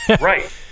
Right